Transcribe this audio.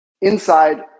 inside